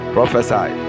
Prophesy